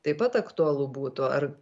taip pat aktualu būtų ar